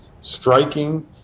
striking